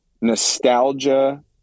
nostalgia